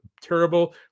terrible